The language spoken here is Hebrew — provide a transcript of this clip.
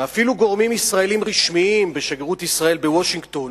ואפילו גורמים ישראליים רשמיים בשגרירות ישראל בוושינגטון